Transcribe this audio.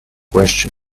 question